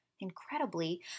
Incredibly